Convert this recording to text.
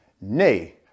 Nay